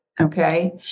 Okay